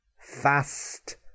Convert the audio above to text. Fast